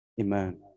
Amen